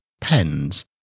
pens